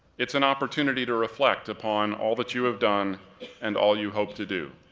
it's an opportunity to reflect upon all that you have done and all you hope to do.